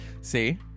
see